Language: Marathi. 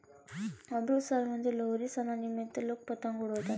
अमृतसरमध्ये लोहरी सणानिमित्त लोक पतंग उडवतात